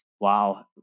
Wow